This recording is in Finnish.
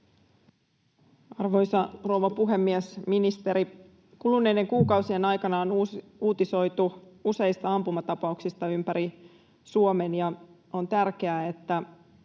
Arvoisa rouva puhemies! Ministeri, kuluneiden kuukausien aikana on uutisoitu useista ampumatapauksista ympäri Suomen. On tärkeää, että